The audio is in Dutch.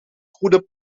goede